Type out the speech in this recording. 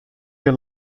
you